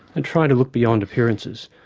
and try to look beyond appearances.